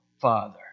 father